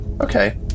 Okay